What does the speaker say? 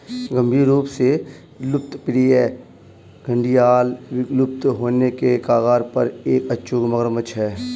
गंभीर रूप से लुप्तप्राय घड़ियाल विलुप्त होने के कगार पर एक अचूक मगरमच्छ है